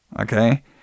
okay